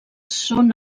són